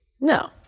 No